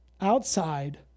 outside